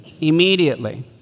immediately